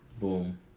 Boom